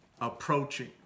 approaching